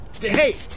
Hey